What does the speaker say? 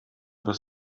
was